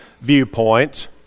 viewpoints